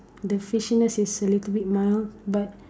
the fishiness is a little bit mild but